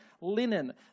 linen